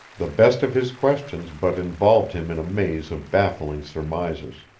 the best of his questions but involved him in a maze of baffling surmises.